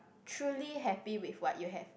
truly happy with what you have